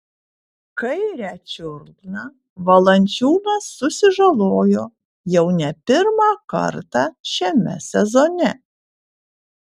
kairę čiurną valančiūnas susižalojo jau ne pirmą kartą šiame sezone